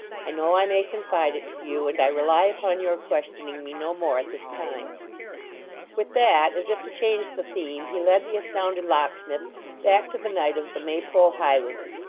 i know i may confide it to you, and i rely upon your questioning me no more at this time with that, as if to change the theme, he led the astounded locksmith back to the night of the maypole highwayman,